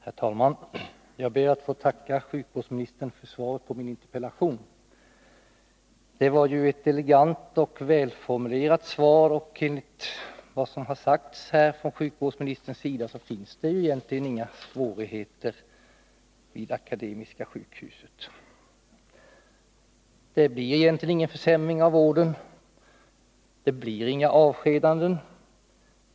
Herr talman! Jag ber att få tacka sjukvårdsministern för svaret på min interpellation. Det var ett elegant och välformulerat svar, och enligt vad sjukvårdsministern har sagt här finns det egentligen inga problem vid Akademiska sjukhuset. Det blir ingen försämring av vården. Det blir inga avskedanden.